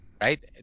right